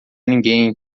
ninguém